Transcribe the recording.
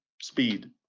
speed